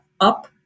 up